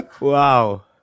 wow